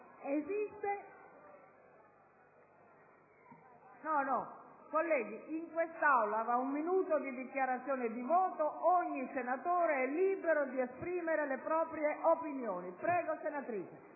cortesia, colleghi. In quest'Aula, in un minuto di dichiarazione di voto, ogni senatore è libero di esprimere le proprie opinioni. Prego, senatrice